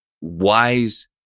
wise